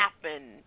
happen